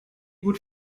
gut